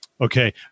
Okay